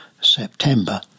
September